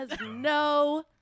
no